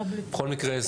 בכל מקרה,